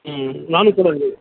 ம் நானும் கூட வருவேன்